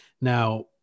Now